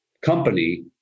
company